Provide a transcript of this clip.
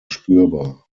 spürbar